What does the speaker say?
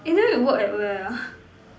eh then you work at where ah